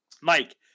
mike